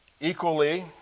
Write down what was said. equally